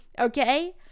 okay